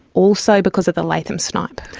also because of the latham's snipe.